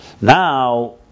Now